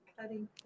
cutting